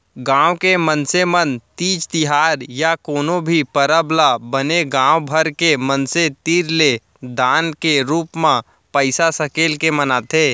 गाँव के मनसे मन तीज तिहार या कोनो भी परब ल बने गाँव भर के मनसे तीर ले दान के रूप म पइसा सकेल के मनाथे